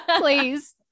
please